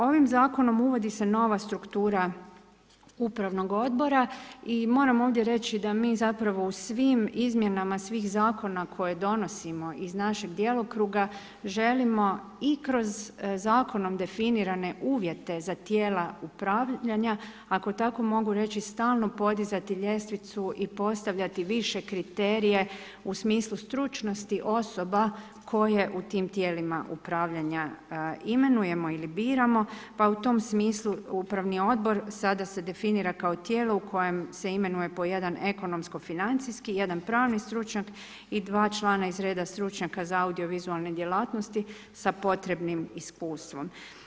Ovim zakonom uvodi se nova struktura upravnog odbora i moram ovdje reći da mi zapravo u svim izmjenama svih zakona koje donosimo iz našeg djelokruga želimo i kroz zakonom definirane uvjete za tijela upravljanja, ako tako mogu reći stalno podizati ljestvicu i postavljati više kriterije u smislu stručnosti osobe koje u tim tijelima upravljanja imenujemo ili biramo pa u tom smislu upravni odbor sada se definira kao tijelo u kojem se imenuje po jedan ekonomsko-financijski, jedan pravni stručnjak i dva člana iz reda stručnjaka za audiovizualne djelatnosti sa potrebnim iskustvom.